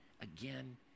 again